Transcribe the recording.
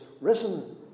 risen